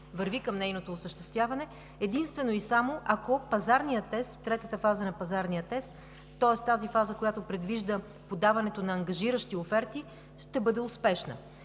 върви към нейното осъществяване единствено и само, ако третата фаза на пазарния тест, тоест тази фаза, която предвижда подаването на ангажиращи оферти, ще бъде успешна.